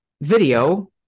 video